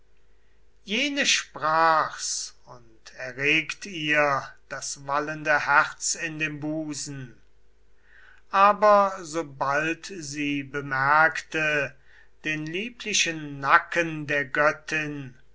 jene sprach's und erregt ihr das wallende herz in dem busen aber sobald sie bemerkte den lieblichen nacken der göttin